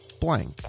blank